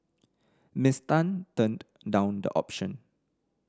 Miss Tan turned down the option